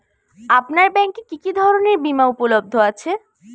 আপনার ব্যাঙ্ক এ কি কি ধরনের বিমা উপলব্ধ আছে?